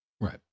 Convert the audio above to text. Right